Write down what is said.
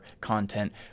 content